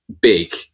big